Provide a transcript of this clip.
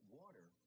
water